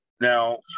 Now